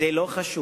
זה לא חשוב.